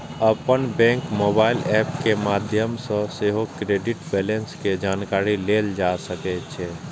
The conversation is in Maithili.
अपन बैंकक मोबाइल एप के माध्यम सं सेहो क्रेडिट बैंलेंस के जानकारी लेल जा सकै छै